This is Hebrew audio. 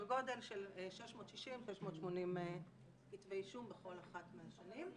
גודל של 660-680 כתבי אישום בכל אחת מהשנים.